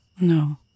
No